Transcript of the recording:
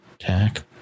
attack